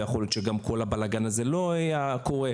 ויכול להיות כל הבלגן הזה לא היה קורה.